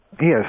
Yes